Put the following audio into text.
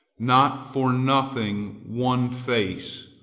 not for nothing one face,